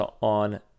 on